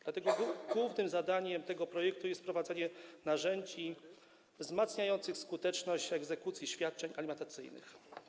Dlatego głównym zadaniem tego projektu jest wprowadzenie narzędzi wzmacniających skuteczność egzekucji świadczeń alimentacyjnych.